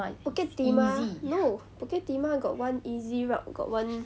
bukit timah no bukit timah got one easy route got one